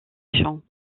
champs